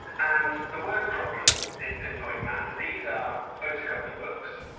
and the word problem in pinpoint matter. these are photocopy books,